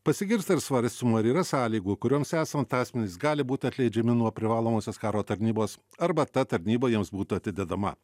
pasigirsta ir svarstymų ar yra sąlygų kurioms esant asmenys gali būt atleidžiami nuo privalomosios karo tarnybos arba ta tarnyba jiems būtų atidedama